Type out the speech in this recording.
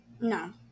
No